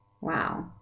wow